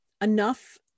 enough